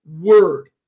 word